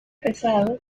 pesado